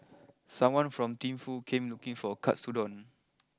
someone from Thimphu came looking for Katsudon